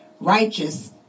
righteous